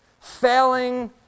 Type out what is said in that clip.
failing